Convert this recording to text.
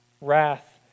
wrath